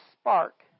spark